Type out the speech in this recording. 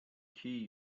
key